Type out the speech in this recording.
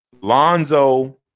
Lonzo